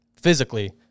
physically